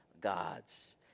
gods